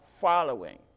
following